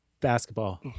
Basketball